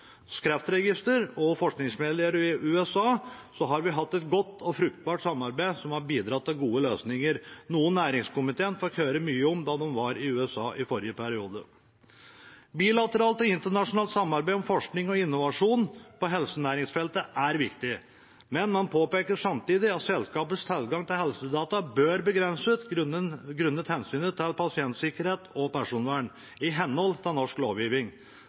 kreftregister og forskningsmiljøer i USA som har bidratt til gode løsninger, noe næringskomiteen fikk høre mye om da de var i USA i forrige periode. Bilateralt og internasjonalt samarbeid om forskning og innovasjon på helsenæringsfeltet er viktig, men man påpeker samtidig at selskapers tilgang til helsedata bør begrenses grunnet hensynet til pasientsikkerhet og personvern i henhold til norsk